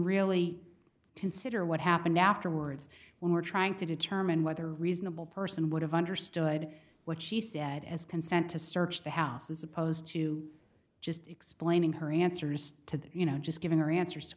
really consider what happened afterwards when we're trying to determine whether a reasonable person would have understood what she said as consent to search the house as opposed to just explaining her answers to the you know just giving her answers